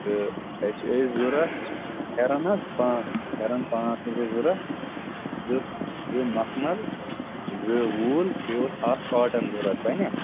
تہٕ اَسہِ ٲسۍ ضروٗرت فٮ۪رَن حظ پانٛژھ فٮ۪رَن پانٛژھ ٲسۍ اَسہِ ضروٗرت زٕ زٕ مخمَل زٕ ووٗل بیٚیہِ اوس اَکھ کارٹَن ضروٗرت بَنیٛا